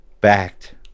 backed